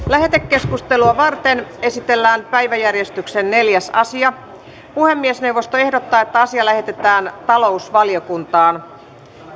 lähetekeskustelua varten esitellään päiväjärjestyksen neljäs asia puhemiesneuvosto ehdottaa että asia lähetetään talousvaliokuntaan